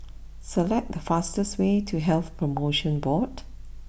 select the fastest way to Health promotion Board